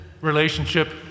relationship